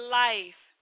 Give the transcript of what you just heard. life